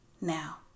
now